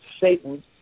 Satan